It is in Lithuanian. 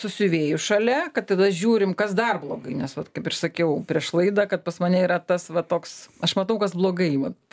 su siuvėju šalia kad tada žiūrim kas dar blogai nes vat kaip ir sakiau prieš laidą kad pas mane yra tas va toks aš matau kas blogai vat